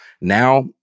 Now